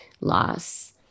loss